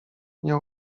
nie